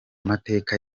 mateka